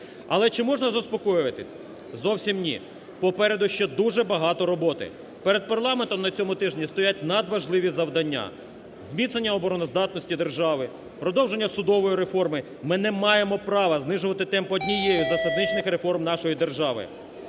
Але чи можна заспокоюватися? Зовсім ні! Попереду ще дуже багато роботи. Перед парламентом на цьому тижні стоять надважливі завдання: зміцнення обороноздатності держави; продовження судової реформи (ми не маємо права знижувати темпи однієї із засадничих реформ нашої держави);